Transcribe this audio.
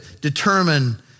determine